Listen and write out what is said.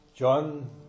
John